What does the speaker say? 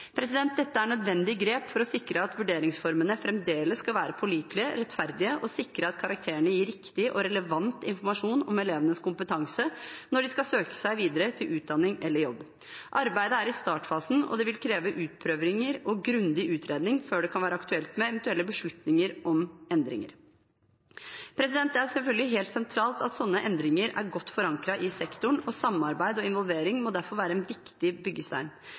Dette er nødvendige grep for å sikre at vurderingsformene fremdeles skal være pålitelige og rettferdige, og sikre at karakterene gir riktig og relevant informasjon om elevenes kompetanse når de skal søke seg videre til utdanning eller jobb. Arbeidet er i startfasen, og det vil kreve utprøvinger og grundig utredning før det kan være aktuelt med eventuelle beslutninger om endringer. Det er selvfølgelig helt sentralt at slike endringer er godt forankret i sektoren, og samarbeid og involvering må derfor være en viktig byggestein.